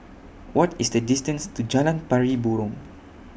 What IS The distance to Jalan Pari Burong